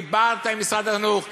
דיברת עם משרד החינוך.